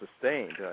sustained